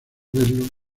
verlo